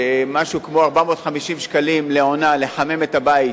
שמשהו כמו 450 שקלים לעונה לחמם את הבית,